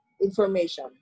information